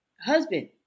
husband